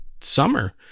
summer